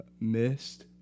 missed